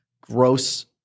gross